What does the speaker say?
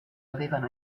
avevano